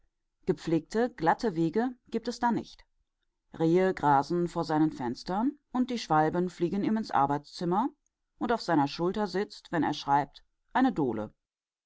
gepflegte glatte wege gibt es da nicht rehe grasen vor seinen fenstern und die schwalben fliegen ihm ins arbeitszimmer und auf seiner schulter sitzt wenn er schreibt eine dohle